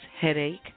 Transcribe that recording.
headache